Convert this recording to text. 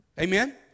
Amen